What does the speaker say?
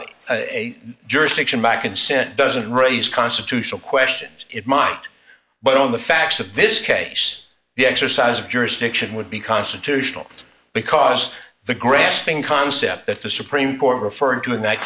a jurisdiction back and sit doesn't raise constitutional questions it might but on the facts of this case the exercise of jurisdiction would be constitutional because the grasping concept that the supreme court referred to in that